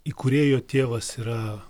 įkūrėjo tėvas yra